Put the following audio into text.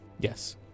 Yes